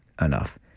enough